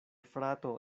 frato